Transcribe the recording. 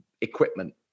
equipment